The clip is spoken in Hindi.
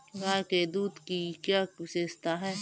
गाय के दूध की क्या विशेषता है?